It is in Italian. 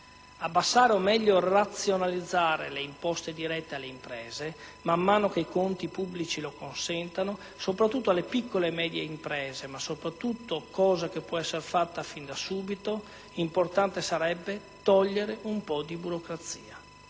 abbassare o, meglio, razionalizzare le imposte dirette alle imprese, man mano che i conti pubblici lo consentano, soprattutto alle piccole e medie imprese. In particolare - e si potrebbe farlo fin da subito - sarebbe importante sarebbe togliere un po' di burocrazia.